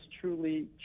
truly